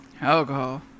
Alcohol